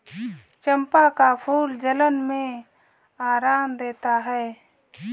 चंपा का फूल जलन में आराम देता है